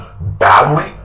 badly